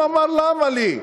הוא אמר: למה לי?